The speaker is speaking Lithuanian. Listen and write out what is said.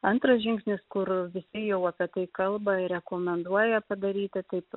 antras žingsnis kur visi jau apie tai kalba rekomenduoja padaryti taip